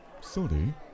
Sorry